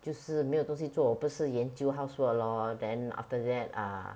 就是没有东西做我不是研究 housework lor then after that ah